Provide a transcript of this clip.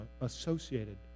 associated